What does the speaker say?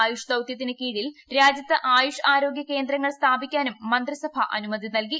ആയുഷ് ദൌതൃത്തിന് കീഴിൽ രാജ്യത്ത് ആയുഷ് ആരോഗൃ കേന്ദ്രങ്ങൾ സ്ഥാപിക്കാനും മന്ത്രിസഭ അനുമതി നൽകി